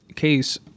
Case